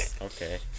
Okay